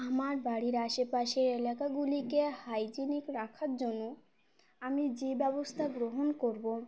আমার বাড়ির আশেপাশের এলাকাগুলিকে হাইজিনিক রাখার জন্য আমি যে ব্যবস্থা গ্রহণ করব